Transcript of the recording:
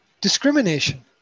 discrimination